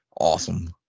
Awesome